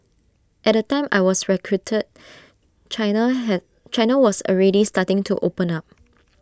at the time I was recruited China had China was already starting to open up